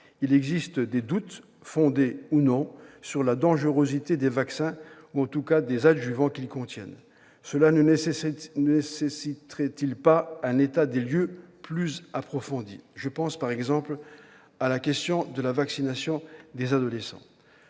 Il existe des doutes, fondés ou non, sur la dangerosité des vaccins ou des adjuvants qu'ils contiennent. Cela ne nécessiterait-il pas un état des lieux plus approfondi ? Je pense, par exemple, à la question de la vaccination des adolescents.